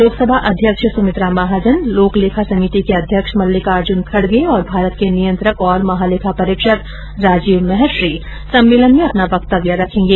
लोकसभा अध्यक्ष सुमित्रा महाजन लोक लेखा समिति के अध्यक्ष मल्लिकार्जून खड़गे और भारत के नियंत्रक और महालेखा परीक्षक राजीव महर्षि सम्मेलन में अपना वक्तव्य रखेंगे